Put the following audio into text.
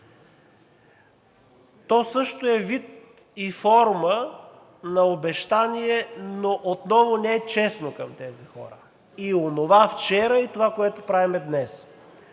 То също е вид и форма на обещание, но отново не е честно към тези хора – и онова вчера, и това, което правим днес,